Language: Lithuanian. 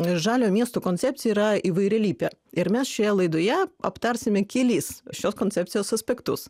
žalio miesto koncepcija yra įvairialypė ir mes šioje laidoje aptarsime kelis šios koncepcijos aspektus